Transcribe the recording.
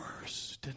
Worse